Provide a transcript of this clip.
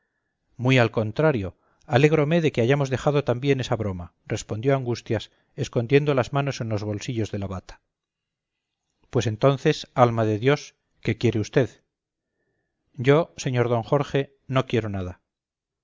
muy al contrario alégrome de que hayamos dejado también esa broma respondió angustias escondiendo las manos en los bolsillos de la bata pues entonces alma de dios que quiere usted yo señor don jorge no quiero nada